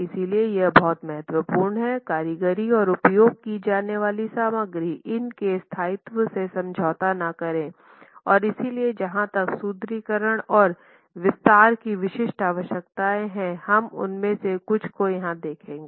इसलिए यह बहुत महत्वपूर्ण है कारीगरी और उपयोग की जाने वाली सामग्री इन के स्थायित्व से समझौता न करे और इसलिए जहां तक सुदृढीकरण और विस्तार की विशिष्ट आवश्यकताएं हैं हम उनमें से कुछ को यहां देखेंगे